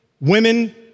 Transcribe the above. women